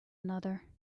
another